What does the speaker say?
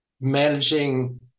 managing